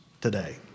today